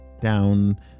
down